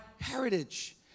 heritage